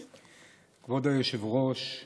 היושבת-ראש,